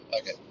Okay